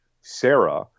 Sarah